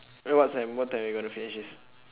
uh what time what time you wanna finish this